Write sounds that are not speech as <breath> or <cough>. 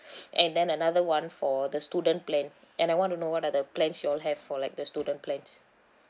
<breath> and then another one for the student plan and I want to know what are the plans you all have for like the student plans